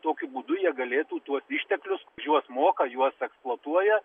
tokiu būdu jie galėtų tuos išteklius juos moka juos eksploatuoja